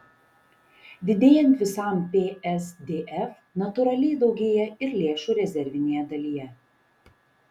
didėjant visam psdf natūraliai daugėja ir lėšų rezervinėje dalyje